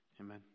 Amen